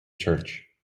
church